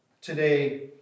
today